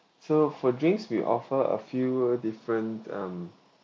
so for drinks we offer a few different um